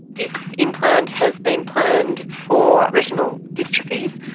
this implant has been planned for retinal dystrophies.